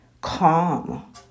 calm